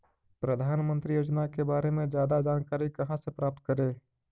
प्रधानमंत्री योजना के बारे में जादा जानकारी कहा से प्राप्त करे?